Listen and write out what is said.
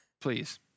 please